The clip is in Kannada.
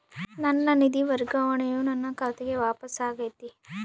ನನ್ನ ನಿಧಿ ವರ್ಗಾವಣೆಯು ನನ್ನ ಖಾತೆಗೆ ವಾಪಸ್ ಆಗೈತಿ